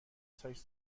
سایز